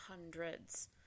hundreds